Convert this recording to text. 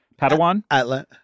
Padawan